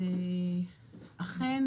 אכן,